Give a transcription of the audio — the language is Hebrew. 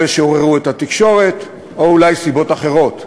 הן אלה שעוררו את התקשורת, או אולי סיבות אחרות.